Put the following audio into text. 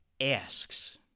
asks